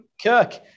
Kirk